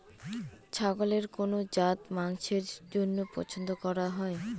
ছাগলের কোন জাত মাংসের জন্য পছন্দ করা হয়?